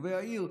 חשובי העיר,